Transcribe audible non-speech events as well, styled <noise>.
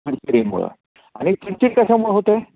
<unintelligible> मुळं आणि चिडचिड कशामुळं होते